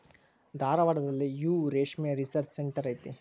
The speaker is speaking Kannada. ಧಾರವಾಡದಲ್ಲಿಯೂ ರೇಶ್ಮೆ ರಿಸರ್ಚ್ ಸೆಂಟರ್ ಐತಿ